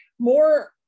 more